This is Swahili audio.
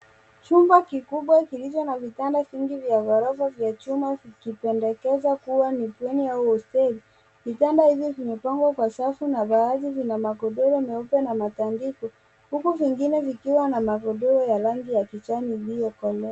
Chumba kikubwa kilicho na vitanda vingi vya ghorofa vya chuma ikipendekeza ni bweni au hosteli. Vitanda hivyo vimepangwa kawa safu na baadhi vina magodoro meupe na matandiko huku vingine vikiwa na magodoro ya rangi ya kijani iliyokolea.